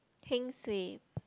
heng suay